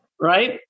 right